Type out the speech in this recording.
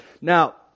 now